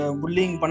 bullying